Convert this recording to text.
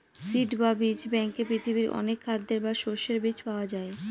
seed বা বীজ ব্যাঙ্কে পৃথিবীর অনেক খাদ্যের বা শস্যের বীজ পাওয়া যায়